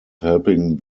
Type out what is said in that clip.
helping